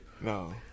No